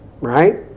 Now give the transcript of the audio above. right